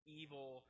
evil